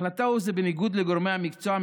החלטה זו היא בניגוד לגורמי המקצוע,